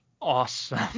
awesome